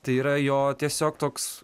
tai yra jo tiesiog toks